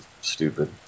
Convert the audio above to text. stupid